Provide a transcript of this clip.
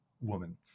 woman